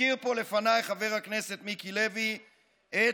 הזכיר פה לפניי חבר הכנסת מיקי לוי את